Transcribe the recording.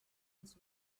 his